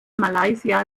malaysia